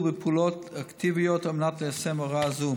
פעולות אקטיביות על מנת ליישם הוראה זו.